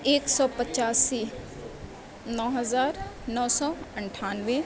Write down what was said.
ایک سو پچاسی نو ہزار نو سو انٹھانوے